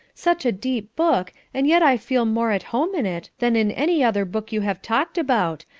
such a deep book, and yet i feel more at home in it than in any other book you have talked about,